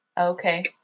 okay